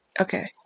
Okay